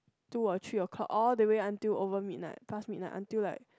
two or three o-clock all the way until over midnight pass midnight until like